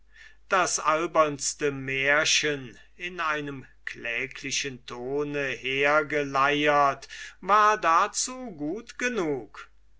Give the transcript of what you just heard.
das albernste märchen in einem kläglichen tone hergeleiert war dazu gut genug